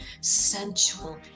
sensual